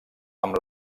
amb